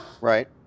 Right